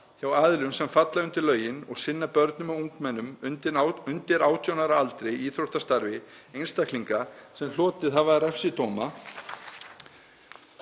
hjá aðilum sem falla undir lögin og sinna börnum og ungmennum undir 18 ára aldri í íþróttastarfi einstaklinga sem hlotið hafa refsidóma